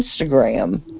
Instagram